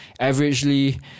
averagely